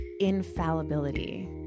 infallibility